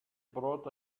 brought